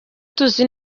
tuzi